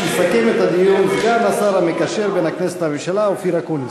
יסכם את הדיון סגן השר המקשר בין הכנסת לממשלה אופיר אקוניס.